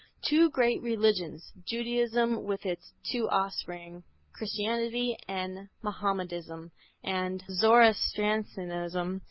two great religions, judaism with its two offspring christianity and mahomedanism and zoroastrianism,